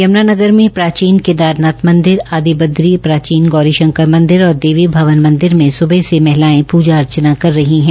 यम्नानगर में प्राचीन केदारनाथ मंदिर आदि बद्री प्राचीन गोरी शंकर मंदिर और देवी भवन मंदिर में सुबह से महिलायें पुजा अर्चना कर रही है